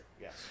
Yes